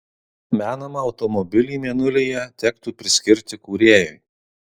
menamą automobilį mėnulyje tektų priskirti kūrėjui